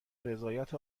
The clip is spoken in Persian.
رضایت